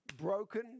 broken